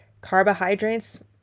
carbohydrates